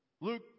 luke